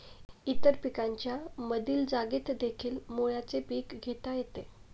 इतर पिकांच्या मधील जागेतदेखील मुळ्याचे पीक घेता येते